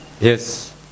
Yes